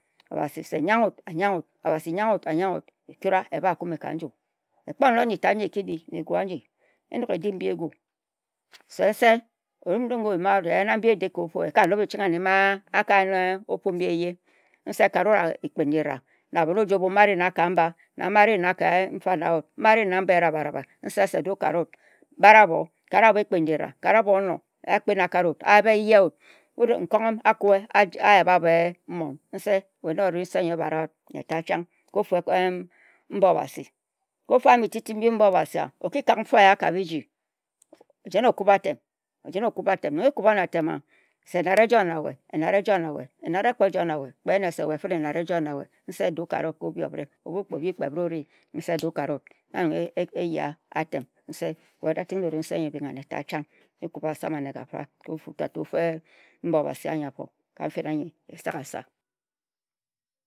Obasi se ya-ghe wu, a yaghe wut, e-ku-ra e-ba ku-e ka-n-ju. Ekpo fon mbi tat edi. Ekpo kepi mbi tat mbi eki di na-egu a-nji. Se-nse wut eka nob e-ching anne-ma-a-ka yen ofu m-bi eyeh Nse, ka-re-wut ekpin nji ra, na-ma a-ri ka-mba, na-ma-a-ri ejen-era na-abon oju-obue-ama. Do-ka-rut ka-obhi obre ba-rut ka-ofu ka-ofu. Nse, bi-ri abon-amire. Ka-re aboh ekpin ji-ra ka-re aboh, bo-fa, a-fon, a-yen-a-kae-na-abon, a-fon a-panni eti-eti ka-mba yeh nor. Nne Etung se, nko-amm a-kuwe, a-yab a-be-e mon nse, we na-oba-ra-wu ka-ofu m-bi Obasi, e-kakgha mfo er-re e-jak e-ji ku- Obasi e-kuri-ebak-ka-nju, ejen ekub atem. Nse kpe bak obhi-m-bi ori, do-ka-ri-wut. We ating na-orri nse yor a-ching ase chen-chen.